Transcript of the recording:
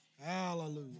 Hallelujah